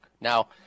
now